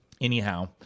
Anyhow